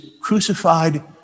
crucified